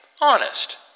Honest